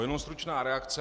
Jenom stručná reakce.